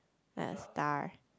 like a star